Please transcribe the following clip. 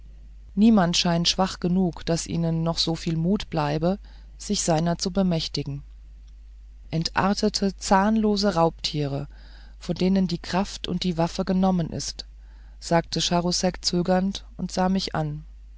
niemand scheint schwach genug daß ihnen noch so viel mut bliebe sich seiner zu bemächtigen entartete zahnlose raubtiere von denen die kraft und die waffe genommen ist sagte charousek zögernd und sah mich an